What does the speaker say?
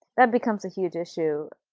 that becomes a huge issue.